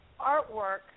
artwork